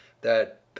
That